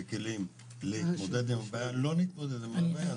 וכלים להתמודד עם הבעיה לא נתמודד עם הבעיה.